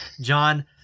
john